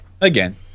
Again